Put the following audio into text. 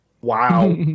wow